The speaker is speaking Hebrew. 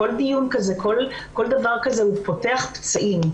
כל דיון כזה, כל דבר כזה פותח פצעים.